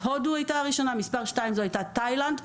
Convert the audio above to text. מספר 2 הייתה תאילנד,